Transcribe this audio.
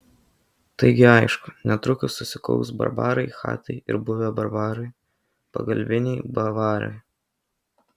taigi aišku netrukus susikaus barbarai chatai ir buvę barbarai pagalbiniai bavarai